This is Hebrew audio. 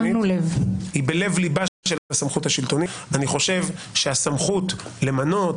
אני חושב שהסמכות למנות,